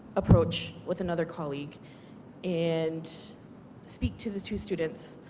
approach with another colleague and speak to the two students